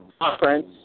conference